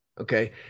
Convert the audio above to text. Okay